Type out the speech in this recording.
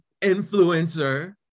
influencer